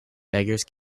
beggars